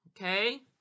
Okay